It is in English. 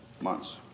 months